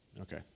Okay